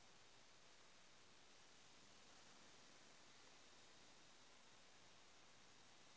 Personal loan कतेला प्रकारेर होचे?